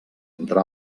entre